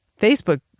facebook